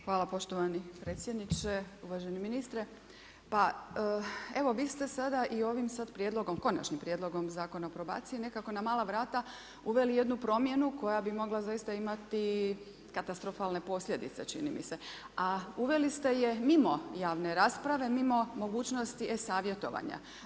Hvala poštovani Predsjedniče, uvaženi ministre, pa evo vi ste sada i ovim sad prijedlogom, konačnim prijedlogom o probaciji nekako na mala vrata uveli jednu promjenu koja bi mogla zaista imati katastrofalne posljedice čini mi se, a uveli ste je mimo javne rasprave, mimo mogućnosti e-savjetovanja.